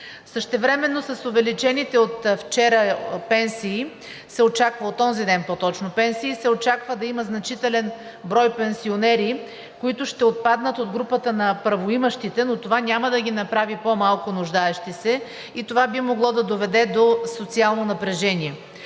Същевременно с увеличените от вчера пенсии, от онзиден по точно, се очаква да има значителен брой пенсионери, които ще отпаднат от групата на правоимащите, но това няма да ги направи по-малко нуждаещи се и това би могло да доведе до социално напрежение.